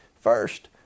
First